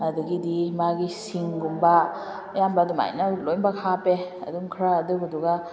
ꯑꯗꯨꯗꯒꯤꯗꯤ ꯃꯥꯒꯤ ꯁꯤꯡꯒꯨꯝꯕ ꯑꯌꯥꯝꯕ ꯑꯗꯨꯃꯥꯏꯅ ꯂꯣꯏꯅꯃꯛ ꯍꯥꯞꯄꯦ ꯑꯗꯨꯝ ꯈꯔ ꯑꯗꯨꯒꯤꯗꯨꯒ